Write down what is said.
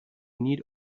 need